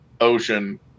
Ocean